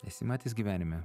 esi matęs gyvenime